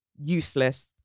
useless